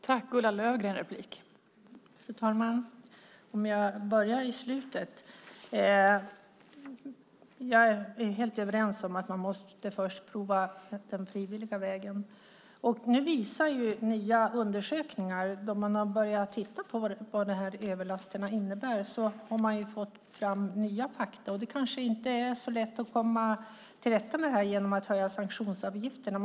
Fru talman! Låt mig börja med det sista som sades. Jag är helt enig med Hans Stenberg om att vi först måste pröva den frivilliga vägen. Nu har man börjat titta på vad överlasterna innebär och fått fram nya fakta. Det kanske inte är så lätt att komma till rätta med problemet genom att höja sanktionsavgifterna.